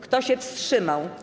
Kto się wstrzymał?